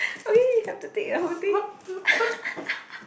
and now you have to take the whole thing